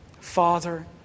Father